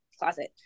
closet